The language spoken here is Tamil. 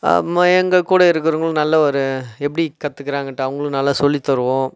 அப்பறமாக எங்கள்கூட இருக்கிறவங்களுக்கு நல்ல ஒரு எப்படி கற்றுக்குறாங்கன்ட்டு அவங்களுக்கு நல்லா சொல்லித்தருவோம்